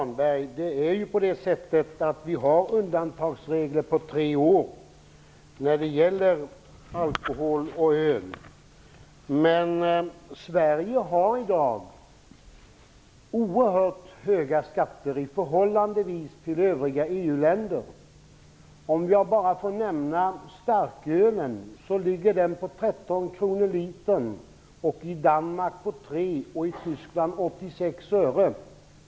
Herr talman! Vi har undantagsregler i tre år när det gäller alkohol och öl. Men Sverige har i dag oerhört höga skatter i förhållande till övriga EU-länder. Om jag bara får nämna starkölet, ligger skatten här på Tyskland 86 öre.